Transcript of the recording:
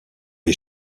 les